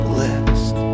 list